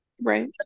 Right